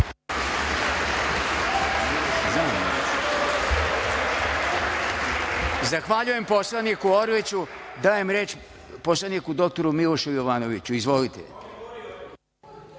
Zahvaljujem poslaniku Orliću. Dajem reč poslaniku dr Milošu Jovanoviću. Izvolite.